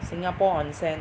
Singapore onsen